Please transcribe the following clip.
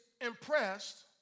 impressed